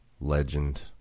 legend